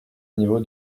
niveau